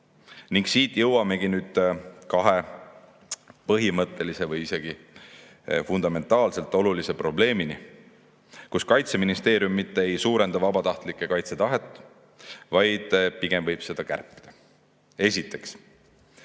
teha. Siit jõuamegi kahe põhimõttelise või isegi fundamentaalselt olulise probleemini. Kaitseministeerium mitte ei suurenda vabatahtlike kaitsetahet, vaid pigem võib seda kärpida. Esiteks